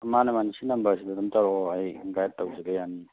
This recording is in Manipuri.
ꯃꯥꯅꯦ ꯃꯥꯅꯦ ꯁꯤ ꯅꯝꯕꯔꯁꯤꯗ ꯑꯗꯨꯝ ꯇꯧꯔꯛꯑꯣ ꯑꯩ ꯒꯥꯏꯠ ꯇꯧꯖꯒꯦ ꯌꯥꯅꯤꯌꯦ